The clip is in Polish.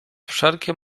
wszelkie